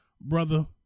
brother